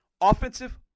Offensive